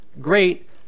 great